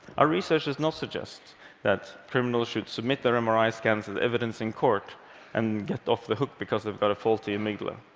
our research does not suggest that criminals should submit their mri scans as evidence in court and get off the hook because they've got a faulty amygdala.